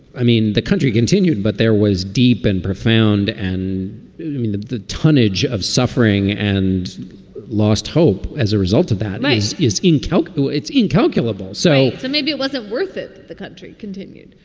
i mean, the country continued, but there was deep and profound. and i mean, the the tonnage of suffering and lost hope as a result of that nice is incalculable. it's incalculable so so maybe it wasn't worth it the country continued.